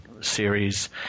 series